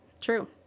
True